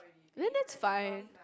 then that's fine